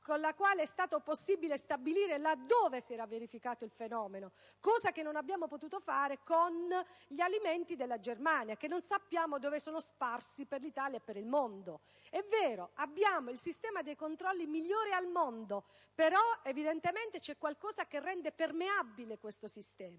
al quale è stato possibile stabilire dove si era verificato il fenomeno, cosa che non è stato possibile fare con gli alimenti della Germania, di cui non sappiamo l'attuale diffusione in Italia e nel mondo. È vero che abbiamo il sistema di controlli migliore al mondo, però evidentemente c'è qualcosa che rende permeabile questo sistema,